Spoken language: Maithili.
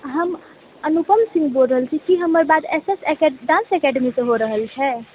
हम अनुपम सिंह बोल रहल छी कि हमर बात एस एस अके डान्स एकेडमी से हो रहल छै